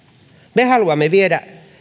me haluamme viedä